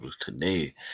today